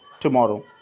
tomorrow